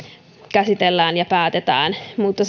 käsitellään ja päätetään mutta